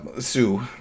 sue